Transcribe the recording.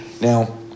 now